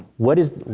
what is,